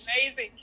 amazing